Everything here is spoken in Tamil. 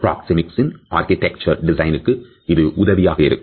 பிராக்சேமிக்ஸ் ஆர்க்கிடெக்சர் டிசைனுக்கு உதவியாக இருக்கும்